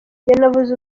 yanavuze